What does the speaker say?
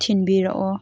ꯊꯤꯟꯕꯤꯔꯛꯑꯣ